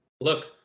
look